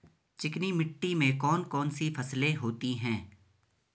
चिकनी मिट्टी में कौन कौन सी फसलें होती हैं?